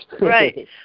Right